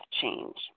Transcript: change